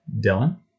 Dylan